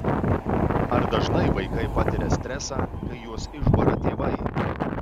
ar dažnai vaikai patiria stresą kai juos išbara tėvai